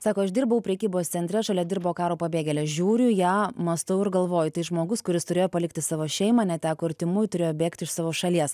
sako aš dirbau prekybos centre šalia dirbo karo pabėgėlė žiūriu į ją mąstau ir galvoju tai žmogus kuris turėjo palikti savo šeimą neteko artimųjų turėjo bėgti iš savo šalies